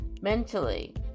mentally